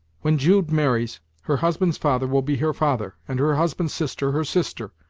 when jude marries, her husband's father will be her father, and her husband's sister her sister.